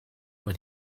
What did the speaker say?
when